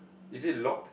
is it locked